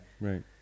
Right